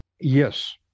Yes